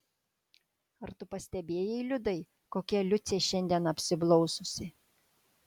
ar tu pastebėjai liudai kokia liucė šiandien apsiblaususi